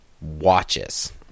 watches